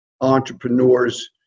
entrepreneurs